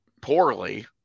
poorly